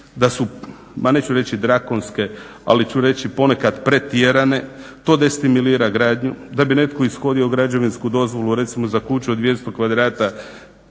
se reći ma neću reći drakonske ali ću reći ponekad pretjerane. To destimulira gradnju. Da bi netko ishodio građevinsku dozvolu recimo za kuću od 200 kvadrata